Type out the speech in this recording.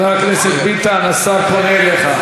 חבר הכנסת ביטן, השר פונה אליך.